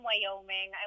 Wyoming